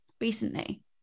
recently